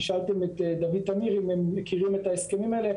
כי שאלתם את דוד טמיר אם הם מכירים את ההסכמים האלה.